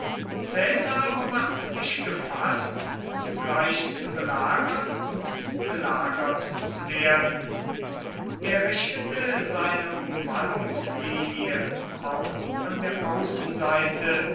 aber machte sich gefaßt zugleich zu belagern und belagert zu werden er richtete seine umwallungslinie auch an der außenseite